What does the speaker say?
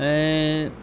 ऐं